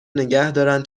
نگهدارن